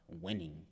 winning